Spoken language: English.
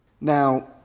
Now